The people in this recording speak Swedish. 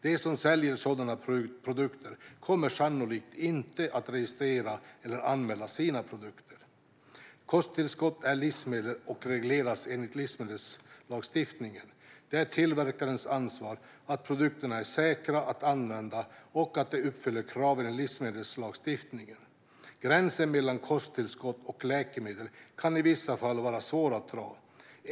De som säljer sådana produkter kommer sannolikt inte att registrera eller anmäla sina produkter. Kosttillskott är livsmedel och regleras enligt livsmedelslagstiftningen. Det är tillverkarens ansvar att produkterna är säkra att använda och att de uppfyller kraven i livsmedelslagstiftningen. Gränsen mellan kosttillskott och läkemedel kan i vissa fall vara svår att dra.